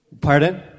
Pardon